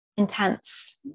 intense